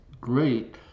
great